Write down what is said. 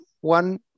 one